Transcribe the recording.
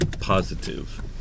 positive